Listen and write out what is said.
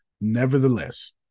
Nevertheless